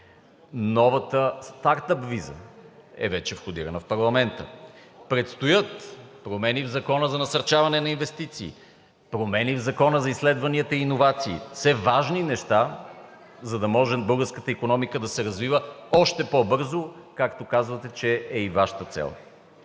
Новата стартъп виза е вече входирана в парламента. Предстоят промени в Закона за насърчаване на инвестициите, промени в Закона за изследванията и иновациите – все важни неща, за да може българската икономика да се развива още по-бързо, каквато казвате, че е и Вашата цел.